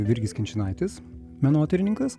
virgis kinčinaitis menotyrininkas